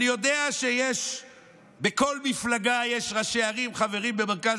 אני יודע שבכל מפלגה יש ראשי ערים חברים במרכז